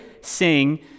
sing